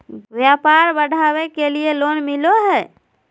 व्यापार बढ़ावे के लिए लोन मिलो है?